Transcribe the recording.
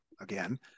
again